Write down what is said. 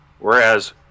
Whereas